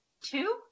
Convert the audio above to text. two